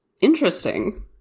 Interesting